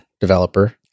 developer